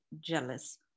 jealous